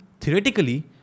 theoretically